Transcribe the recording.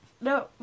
No